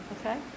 okay